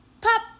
pop